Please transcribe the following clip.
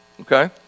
okay